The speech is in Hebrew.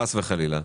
חס וחלילה,